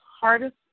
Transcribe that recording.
hardest